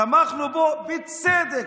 תמכנו בו, בצדק.